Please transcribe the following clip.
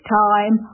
time